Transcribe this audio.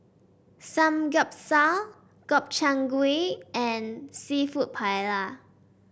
Samgyeopsal Gobchang Gui and seafood Paella